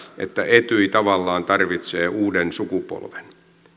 että etyj tavallaan tarvitsee uuden sukupolven